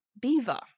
Beaver